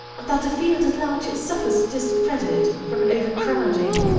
and that the field at large suffers discredit from overcrowding,